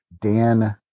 dan